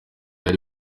hari